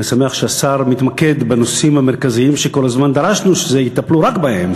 אני שמח שהשר מתמקד בנושאים המרכזיים שכל הזמן דרשנו שיטפלו רק בהם,